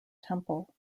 temple